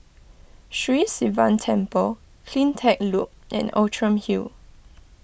Sri Sivan Temple CleanTech Loop and Outram Hill